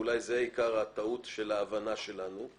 ואולי זה עיקר הטעות בהבנה שלנו,